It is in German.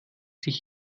sich